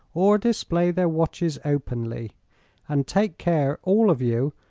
or display their watches openly and take care, all of you,